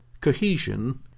Cohesion